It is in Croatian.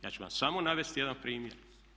Ja ću vam samo navesti jedan primjer.